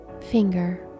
finger